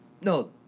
No